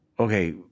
okay